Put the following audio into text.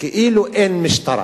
כאילו אין משטרה.